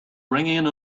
ringing